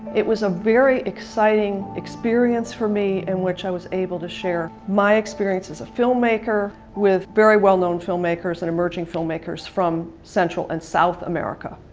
it was a very exciting experience for me, in which i was able to share my experience as a filmmaker, with very well-known filmmakers, and emerging filmmakers from central and south america.